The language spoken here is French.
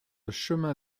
chemin